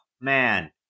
man